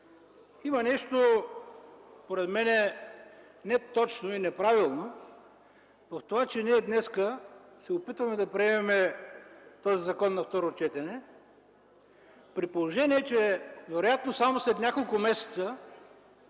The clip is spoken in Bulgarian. Има нещо, според мен, неточно и неправилно в това, че ние днес се опитваме да приемем този закон на второ четене, при положение че вероятно само след няколко месеца